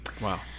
Wow